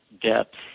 depth